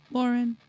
Lauren